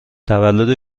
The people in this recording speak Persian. تولد